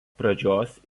pradžios